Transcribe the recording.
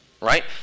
right